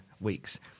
weeks